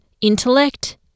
intellect